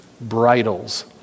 bridles